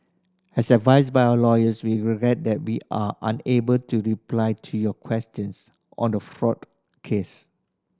as advised by our lawyers we regret that we are unable to reply to your questions on the fraud case